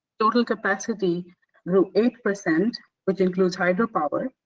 total capacity grew eight percent which includes hydro power,